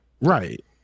right